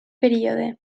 període